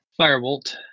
Firebolt